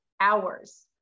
hours